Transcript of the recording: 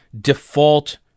default